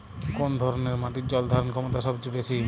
কোন ধরণের মাটির জল ধারণ ক্ষমতা সবচেয়ে বেশি?